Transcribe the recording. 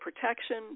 protection